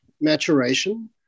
maturation